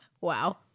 Wow